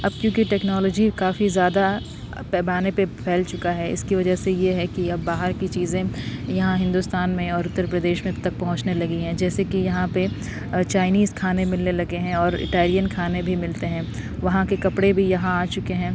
اب کیونکہ ٹیکنالوجی کافی زیادہ پیمانے پہ پھیل چکا ہے اس کی وجہ سے یہ ہے کہ اب باہر کی چیزیں یہاں ہندوستان میں اور اتر پردیش میں تک پہنچنے لگی ہیں جیسے کہ یہاں پہ چائنیز کھانے ملنے لگے ہیں اور اٹیلین کھانے بھی ملتے ہیں وہاں کے کپڑے بھی یہاں آ چکے ہیں